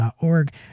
org